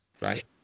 right